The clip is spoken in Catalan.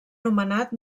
nomenat